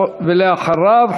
ואחריו,